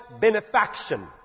benefaction